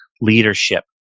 leadership